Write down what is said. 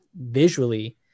visually